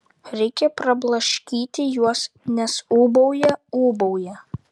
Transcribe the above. reikia prablaškyti juos nes ūbauja ūbauja